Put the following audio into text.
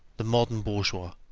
the modern bourgeois.